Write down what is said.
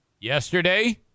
Yesterday